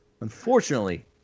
unfortunately